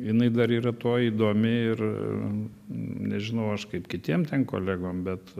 jinai dar yra tuo įdomi ir nežinau aš kaip kitiem ten kolegom bet